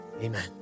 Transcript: Amen